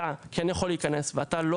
אתה כן יכול להיכנס ואתה לא